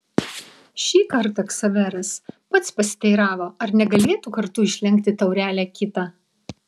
šį kartą ksaveras pats pasiteiravo ar negalėtų kartu išlenkti taurelę kitą